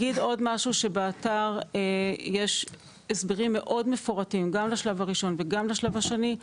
באתר יש הסברים מאוד מפורטים לשלב הראשון ולשלב השני.